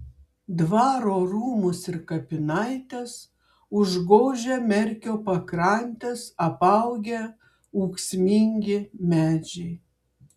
dvaro rūmus ir kapinaites užgožia merkio pakrantes apaugę ūksmingi medžiai